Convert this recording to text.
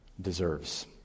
deserves